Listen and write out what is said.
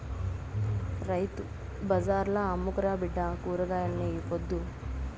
రైతు బజార్ల అమ్ముకురా బిడ్డా కూరగాయల్ని ఈ పొద్దు